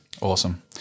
Awesome